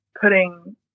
putting